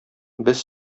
без